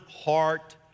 heart